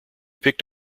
picked